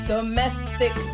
Domestic